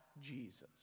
Jesus